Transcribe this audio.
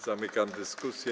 Zamykam dyskusję.